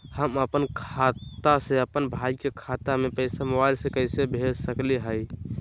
हम अपन खाता से अपन भाई के खतवा में पैसा मोबाईल से कैसे भेज सकली हई?